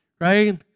right